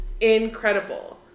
incredible